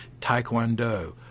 taekwondo